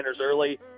early